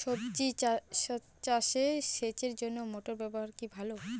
সবজি চাষে সেচের জন্য মোটর ব্যবহার কি ভালো?